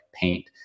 paint